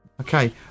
Okay